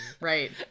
Right